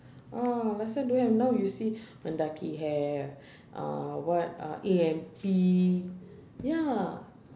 ah last time don't have now you see mendaki have uh what uh A_M_P ya